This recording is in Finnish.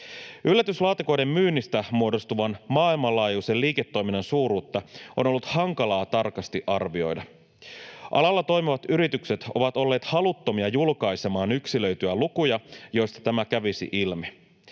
Yllätyslaatikoiden myynnistä muodostuvan maailmanlaajuisen liiketoiminnan suuruutta on ollut hankalaa tarkasti arvioida. Alalla toimivat yritykset ovat olleet haluttomia julkaisemaan yksilöityjä lukuja, joista tämä kävisi ilmi.